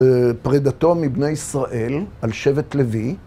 פרידתו מבני ישראל על שבט לוי.